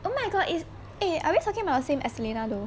oh my god is eh ah we're talking about the same estelina though